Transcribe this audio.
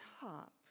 top